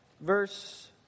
verse